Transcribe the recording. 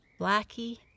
Blackie